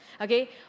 Okay